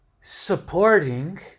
supporting